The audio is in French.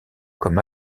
comme